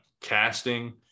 casting